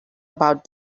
about